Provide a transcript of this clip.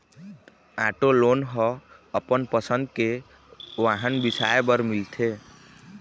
auto loan ह अपन पसंद के वाहन बिसाए बर मिलथे